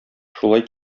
шулай